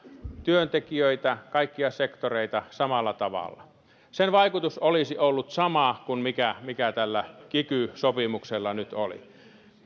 työntekijöitä kaikkia sektoreita samalla tavalla sen vaikutus olisi ollut sama kuin mikä mikä tällä kiky sopimuksella nyt oli